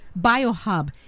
Biohub